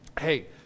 Hey